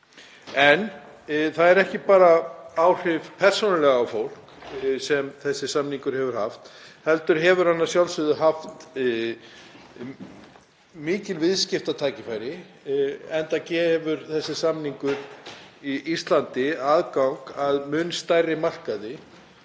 En það eru ekki bara persónuleg áhrif á fólk sem þessi samningur hefur haft heldur hefur hann að sjálfsögðu veitt mikil viðskiptatækifæri enda gefur þessi samningur Íslandi aðgang að mun stærri markaði